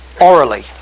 orally